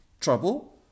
trouble